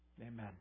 Amen